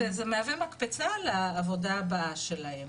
וזה מהווה מקפצה לעבודה הבאה שלהם.